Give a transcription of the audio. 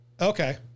Okay